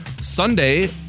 Sunday